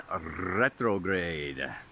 retrograde